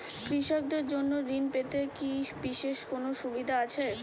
কৃষকদের জন্য ঋণ পেতে কি বিশেষ কোনো সুবিধা আছে?